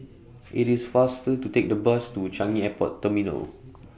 IT IS faster to Take The Bus to Changi Airport Terminal